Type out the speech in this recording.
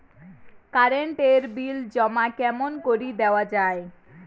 Current এর bill জমা কেমন করি দেওয়া যায়?